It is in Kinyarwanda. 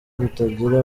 rutagira